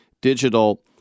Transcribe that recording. digital